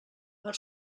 per